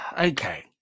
Okay